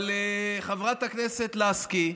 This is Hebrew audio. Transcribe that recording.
אבל חברת הכנסת לסקי,